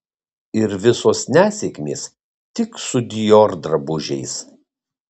ir visos nesėkmės tik su dior drabužiais